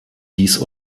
dies